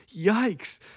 Yikes